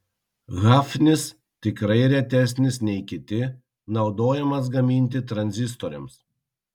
hafnis tikrai retesnis nei kiti naudojamas gaminti tranzistoriams